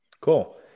Cool